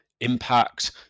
impact